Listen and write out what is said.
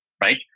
right